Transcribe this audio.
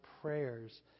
prayers